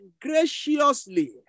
graciously